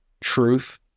truth